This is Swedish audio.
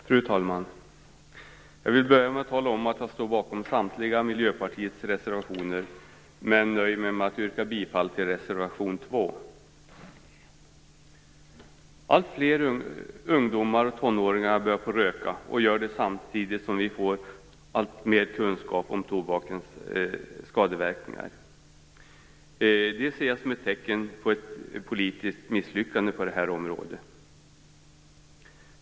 Fru talman! Jag vill börja med att tala om att jag står bakom samtliga Miljöpartiets reservationer men nöjer mig med att yrka bifall till reservation 2. Alltfler ungdomar, tonåringar, börjar röka samtidigt som vi får alltmer kunskap om tobakens skadeverkningar. Det ser jag som ett tecken på ett politiskt misslyckande på det här området.